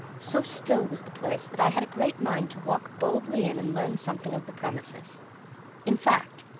so still was the place that i had a great mind to walk boldly in and learn something of the premises in fact,